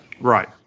Right